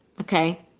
okay